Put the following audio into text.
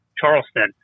Charleston